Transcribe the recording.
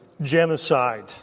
genocide